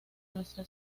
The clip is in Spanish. nuestra